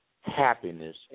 happiness